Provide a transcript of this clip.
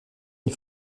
une